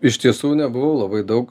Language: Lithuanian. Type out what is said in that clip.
iš tiesų nebuvau labai daug